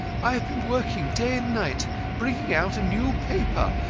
i have been working day and night bringing out a new paper.